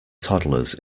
toddlers